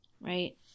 right